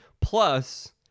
plus